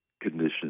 conditions